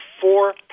four